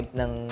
ng